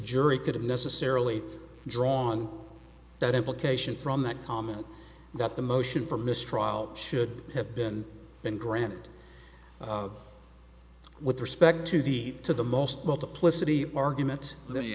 jury could have necessarily drawn that implication from that comment that the motion for mistrial should have been been granted with respect to the to the most multiplicity argument the